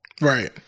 Right